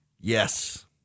Yes